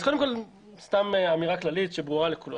אז, קודם כול, אמירה כללית שברורה לכולם: